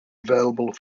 available